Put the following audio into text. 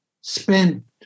spent